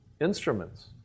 instruments